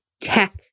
tech